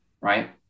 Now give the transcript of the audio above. right